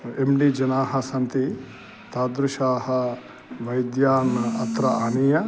M D जनाः सन्ति तादृशान् वैद्यान् अत्र आनीय